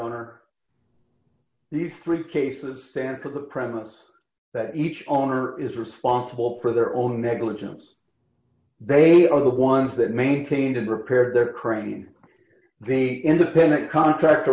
own are these three cases stand because of the premise that each owner is responsible for their own negligence they are the ones that maintained and repair their crane the independent contractor